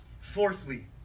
Fourthly